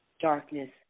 darkness